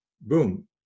boom